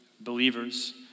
believers